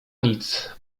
nic